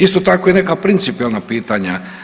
Isto tako i neka principijelna pitanja.